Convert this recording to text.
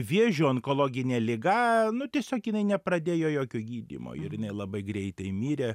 vėžiu onkologine liga nu tiesiog jinai nepradėjo jokio gydymo ir labai greitai mirė